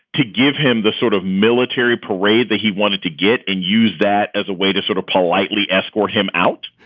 to give him the sort of military parade that he wanted to get and use that as a way to sort of politely escort him out,